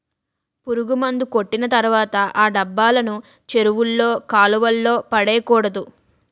పురుగుమందు కొట్టిన తర్వాత ఆ డబ్బాలను చెరువుల్లో కాలువల్లో పడేకూడదు